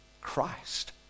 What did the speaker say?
Christ